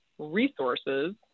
resources